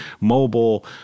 mobile